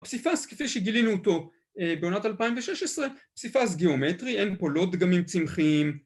הפסיפס כפי שגילינו אותו בעונת 2016, פסיפס גיאומטרי, אין פה לא דגמים צמחיים